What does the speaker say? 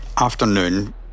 afternoon